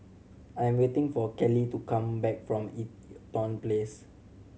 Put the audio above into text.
I am waiting for Kelli to come back from Eaton Place